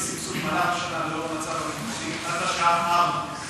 הסבסוד במהלך השנה לאור המצב הביטחוני עד השעה 16:00,